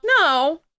No